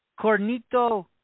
Cornito